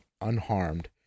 unharmed